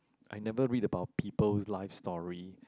I never read about people's life story